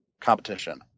competition